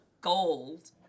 gold